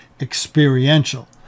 experiential